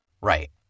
Right